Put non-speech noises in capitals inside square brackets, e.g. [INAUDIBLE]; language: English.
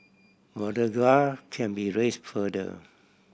[UNINTELLIGIBLE] can be raise further